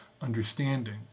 understanding